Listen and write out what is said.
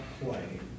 play